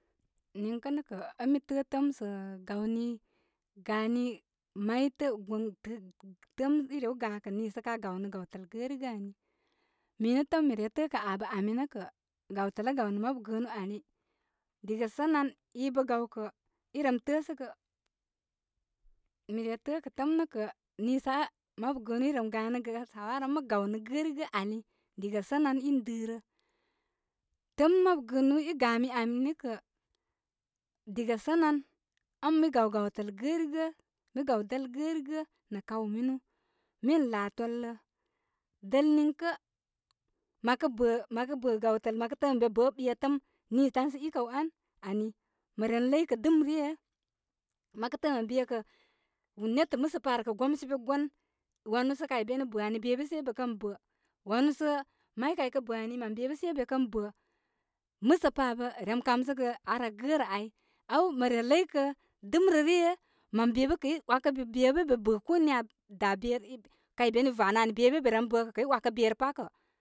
Niŋkə' nə' kə' ən mi tə'ə' tə'aturun'm sə' gawni gani may tə'ə'm i rew gakə niisə ka gawnə gawtəl gə'rigə' ani. Minə' toom mire tə'ə' kə abə ami nə' kə', gawtəl aa gaw nɨ mabu gəənu ani. Diga sənan i bə gawkə, i rem təə səgə- mi re təə kə təəm nə kə', nii sə aa mabu gəənu i rem ganə gə shawara ən mə gawnə gərigə' ani. Diga sənan in dɨrə. Tə'ə'm mabu gəənu i gami ami nə kə', diga sənan, ən mi gaw gawtə gərigə' mi gaw dəl gərigə nə kaw minu. Min lāā tolə. Dəl niŋkə, məkə bə məkəbə gawtəl mə təə mə be bə ɓetəm, nii dan sə i kaw an ani, mə ren ləykə dɨmreē mətəə mə be kə natə musa pa ar kə gomsə be gon wanu sə kaybeni bə ani be bə sai be kən bə, wanu sə may kay kə bə ani mə be bə' sai be kə bə', musə pa abə rem kamsəgə ar aa gərə ai. Aw mə laykə dɨmrə ryə. mən be bə kəy wakə be be bə be bə ko niya da be, kay beni vanə ani be bə be re bə ka' kəy 'wakə be rə pa kə'.